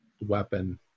weapon